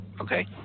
Okay